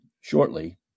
shortly